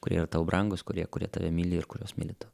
kurie yra tau brangūs kurie kurie tave myli ir kuriuos myli tu